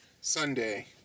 Sunday